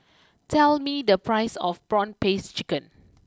tell me the price of Prawn Paste Chicken